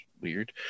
weird